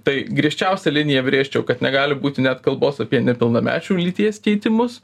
tai griežčiausią liniją brėžčiau kad negali būti net kalbos apie nepilnamečių lyties keitimus